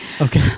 Okay